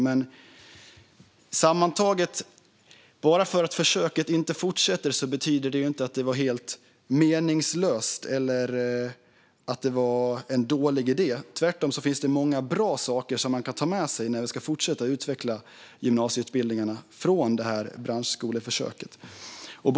Men bara för att försöket inte fortsätter betyder det inte att det var helt meningslöst eller att det var en dålig idé. Tvärtom finns det många bra saker som man kan ta med sig från detta branschskoleförsök när man ska fortsätta utveckla gymnasieutbildningarna.